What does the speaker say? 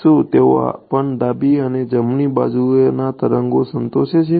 શું તેઓ પણ ડાબી અને જમણી બાજુના તરંગોને સંતોષે છે